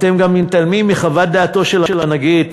אתם גם מתעלמים מחוות דעתו של הנגיד,